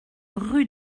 rue